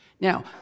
Now